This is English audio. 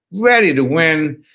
ready to win.